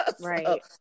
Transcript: right